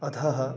अधः